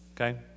okay